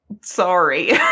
Sorry